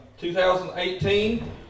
2018